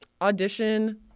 Audition